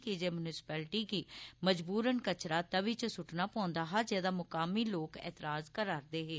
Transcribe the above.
की जे मुनसिपल्टी गी मजबूरन कचरा तवी च सुट्टना पौंदा हा जेह्दा मकामी लोक ऐतराज करदे हे